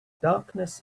darkness